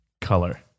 color